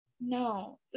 no